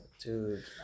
dude